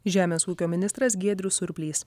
žemės ūkio ministras giedrius surplys